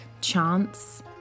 chance